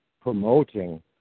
promoting